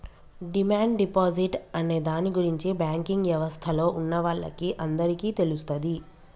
demand deposit అనే దాని గురించి బ్యాంకింగ్ యవస్థలో ఉన్నవాళ్ళకి అందరికీ తెలుస్తది